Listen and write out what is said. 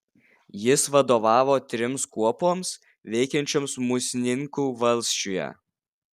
jis vadovavo trims kuopoms veikiančioms musninkų valsčiuje